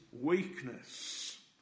weakness